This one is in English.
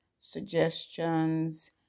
suggestions